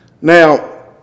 Now